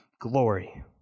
glory